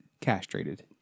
castrated